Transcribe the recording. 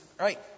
right